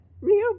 Real